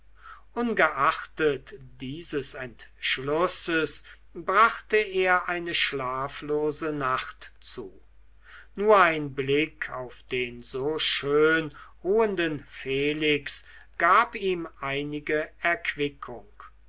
ungeachtet dieses entschlusses brachte er eine schlaflose nacht zu nur ein blick auf den so schön ruhenden felix gab ihm einige erquickung